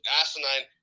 asinine